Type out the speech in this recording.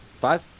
Five